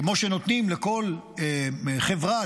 כמו שנותנים לכל חברה,